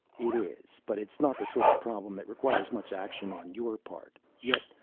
it is. but it's not the sort of problem that requires much action on your part. yet.